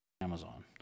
Amazon